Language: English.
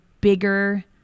bigger